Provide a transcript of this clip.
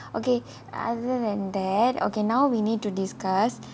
okay other than that okay now we need to discuss